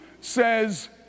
says